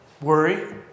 worry